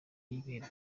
y’ibihe